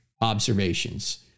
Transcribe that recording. observations